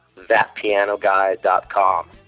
thatpianoguy.com